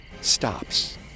stops